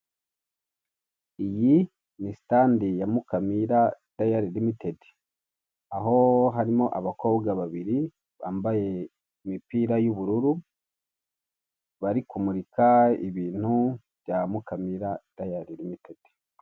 Iyi ni stand ya Mukamira Diary Ltd, aho harimo abakobwa babiri bambaye imipira y'ubururu bari kumurika ibintu bya Mukamira Diary Ltd.